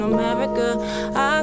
America